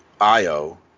Io